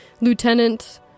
lieutenant